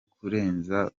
kurenza